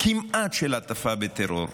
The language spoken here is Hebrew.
של כמעט הטפה לטרור.